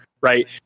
Right